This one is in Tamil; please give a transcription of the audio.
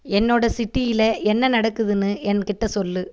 என்னோட சிட்டியில் என்ன நடக்குதுன்னு என்கிட்ட சொல்